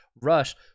Rush